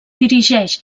dirigeix